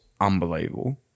unbelievable